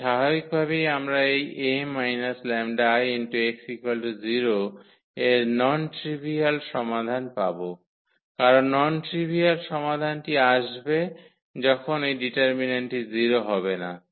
তাই স্বাভাবিকভাবেই আমরা এই 𝐴 − 𝜆𝐼𝑥 0 এর নন ট্রিভিয়াল সমাধান পাব কারণ ট্রিভিয়াল সমাধানটি আসবে যখন এই ডিটার্মিন্যান্টটি 0 হবে না